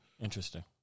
Interesting